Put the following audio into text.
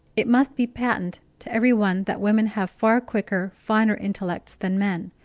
it must be patent to every one that women have far quicker, finer intellects than men,